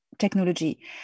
technology